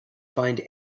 find